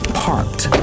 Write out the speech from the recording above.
parked